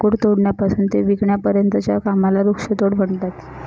लाकूड तोडण्यापासून ते विकण्यापर्यंतच्या कामाला वृक्षतोड म्हणतात